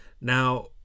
Now